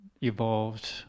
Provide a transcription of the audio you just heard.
evolved